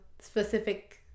specific